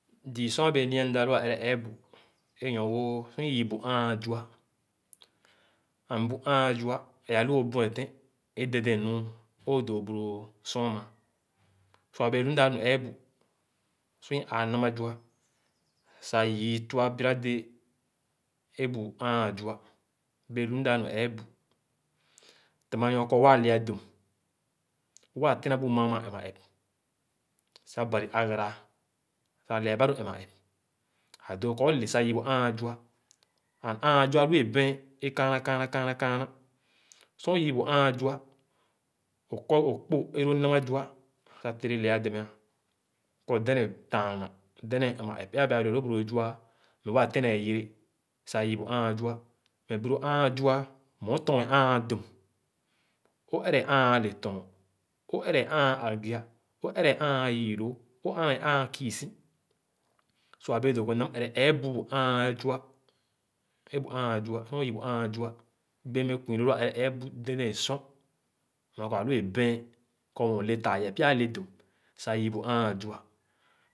. Zii sor rabẽẽ nia mda lõ ã ere eebu e’ nyor wõ sor i yii bu ããn zua. And bu ããn ẽ ã buetẽn dɛdɛɛn nu e’ õ dõõ bu lõ sar ãmã. So abẽẽ lu mdã nu ẽẽbu sor i ãã namã zua ã yii tua biradẽẽ é bu ããn zua bẽẽ lu mda nu ẽẽbu tema nɔr kɔ wãã le ã dum, waa tenabu mãã mãã emã-ep sah Bari ãgarã ã sah lɛɛ ba to emã-ep ã dõõ kɔr le sah yii bu ããn zua. And ããn zua lu ẽ bɛ̃ɛ̃n é kããnà kããnà kããnà kããnà Sor õ yii ããn zua, õ kɔ, õ kpò é lõõ namà zua sah tèrè lɛà dume ã kɔ dɛdɛɛn tããghan, dɛdɛ̃ɛ̃n ema-ep é ã bẽẽ-ã lelõõ bu lõ zua ne wãã tenãã-yere sah yii bu ããn zua; meh bu lõ ããn zua meh õ tɔn ããn dum, õ ẽrẽ ããn lẽ tɔn, õ ere ããn agi-a, õ ẽrẽ ããn yùlóó, õ ẽrẽ ããn kùsi; so abẽẽ dõõ m da m̃-ẽrẽ ẽẽbu bu ããp zua, é bu ããn zua, sor õ yii bu ããn zua. Bẽẽ meh kwii lõõ lò ẽrẽ eebu dɛdɛɛ̃n sor nɔr kɔ ãlu é bɛɛn kɔ meh õ le taa yɛɛ pya ãledum sah yii bu ããn zua.